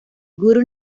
gurú